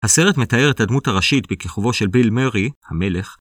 הסרט מתאר את הדמות הראשית בכיכבו של ביל מארי, המלך.